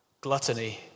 gluttony